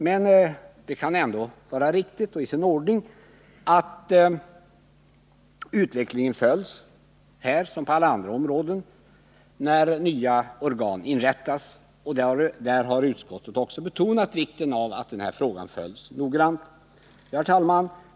Men det kan ändå vara riktigt att utvecklingen följs, här som på alla andra områden, när nya organ inrättas. Utskottet har också betonat vikten av att frågan följs noggrant. Herr talman!